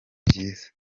byiza